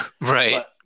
right